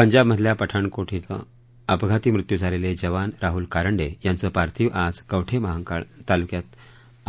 पंजाबमधल्या पठाणकोट इथं अपघाती मृत्यू झालेले जवान राहुल कारंडे यांचं पार्थिव आज कवठेमहाकाळ ताल्यूक्यात